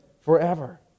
forever